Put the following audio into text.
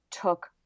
took